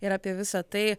ir apie visą tai